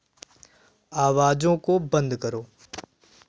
आवाजों को बंद करो